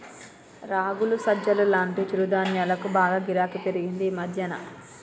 రాగులు, సజ్జలు లాంటి చిరుధాన్యాలకు బాగా గిరాకీ పెరిగింది ఈ మధ్యన